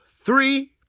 three